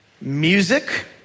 music